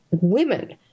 women